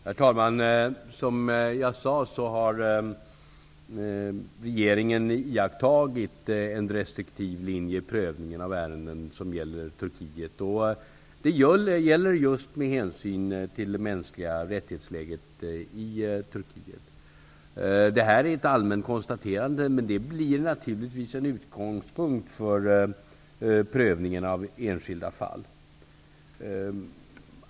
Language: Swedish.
Herr talman! Som jag sade har regeringen iakttagit en restriktiv linje i prövningen av ärenden som gäller Turkiet. Det gäller just med hänsyn till läget när det gäller de mänskliga rättigheterna i Turkiet. Detta är ett allmänt konstaterande, men det blir naturligtvis en utgångspunkt för prövningen av enskilda fall.